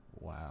Wow